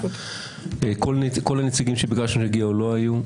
כל הנציגים שביקשנו שיגיעו לא היו.